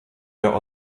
der